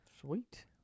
Sweet